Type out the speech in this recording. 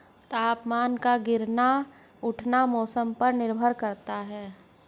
तापमान का गिरना उठना मौसम पर निर्भर करता है